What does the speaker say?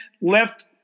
left